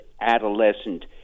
adolescent